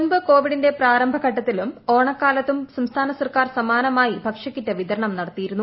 മുൻപ് കോവിഡിന്റെ പ്രാരംഭ ഘട്ടത്തിലും ഓണക്കാലത്തും സംസ്ഥാന സർക്കാർ പ്സമാനമായി ഭക്ഷ്യക്കിറ്റ് വിതരണം നടത്തിയിരുന്നു